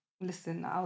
Listen